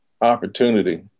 opportunity